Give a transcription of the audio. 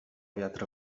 wiatr